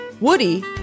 Woody